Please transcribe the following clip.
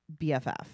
BFF